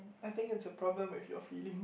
I think it's a problem with your feelings